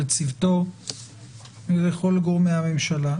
לצוותו לכל גורמי הממשלה,